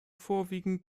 vorwiegend